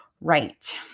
right